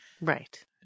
Right